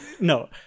no